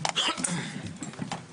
בשעה 13:54.